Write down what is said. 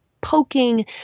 poking